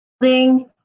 building